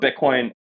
Bitcoin